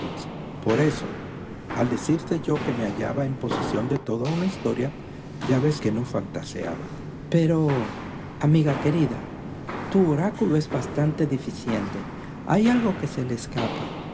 por eso al decirte yo que me hallaba en posesión de toda una historia ya ves que no fantaseaba pero amiga querida tu oráculo es bastante deficiente hay algo que se le escapa